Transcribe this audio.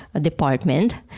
department